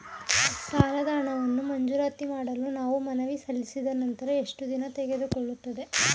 ಸಾಲದ ಹಣವನ್ನು ಮಂಜೂರಾತಿ ಮಾಡಲು ನಾವು ಮನವಿ ಸಲ್ಲಿಸಿದ ನಂತರ ಎಷ್ಟು ದಿನ ತೆಗೆದುಕೊಳ್ಳುತ್ತದೆ?